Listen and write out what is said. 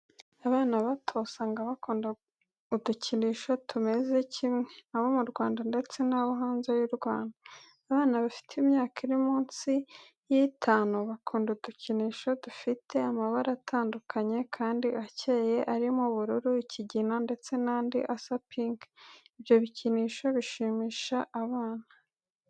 Abana bato usanga bakunda udukinisho tumeze kimwe abo mu Rwanda ndetse no hanze y'u Rwanda, abana bafite imyaka iri munsi y'itanu, bakunda udukinisho dufite amabara atandukanye kandi akeye, arimo ubururu, ikigina, ndetse n'andi asa pinki, Ibyo bikinisho bishimisha abana.